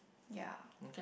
ya